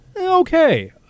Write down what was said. okay